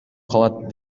калат